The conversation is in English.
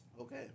Okay